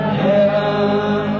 heaven